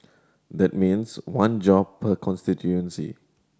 that means one job per constituency